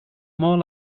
more